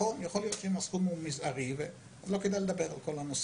יכול להיות שאם הסכום הוא מזערי אז לא כדאי לדבר על כל הנושא.